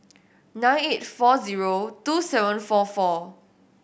nine eight four zero two seven four four